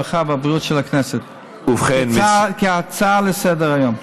הרווחה והבריאות של הכנסת כהצעה לסדר-היום.